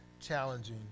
challenging